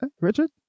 Richard